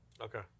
Okay